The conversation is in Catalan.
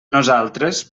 nosaltres